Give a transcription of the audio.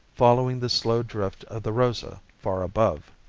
following the slow drift of the rosa far above!